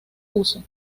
huso